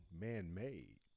man-made